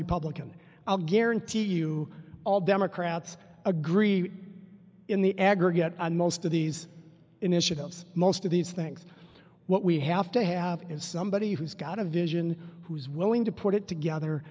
republican i'll guarantee you all democrats agree in the aggregate on most of these initiatives most of these things what we have to have is somebody who's got a vision who's willing to put it together